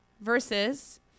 versus